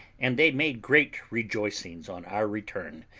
and they made great rejoicings on our return.